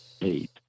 eight